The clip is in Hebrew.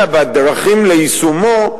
אלא בדרכים ליישומו,